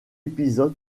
épisode